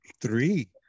Three